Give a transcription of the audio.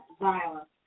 violence